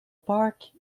park